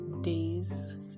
days